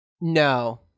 No